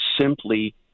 simply –